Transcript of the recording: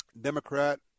Democrat